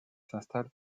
s’installe